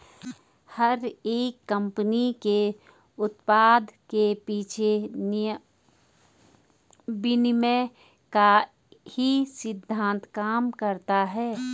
हर एक कम्पनी के उत्पाद के पीछे विनिमय का ही सिद्धान्त काम करता है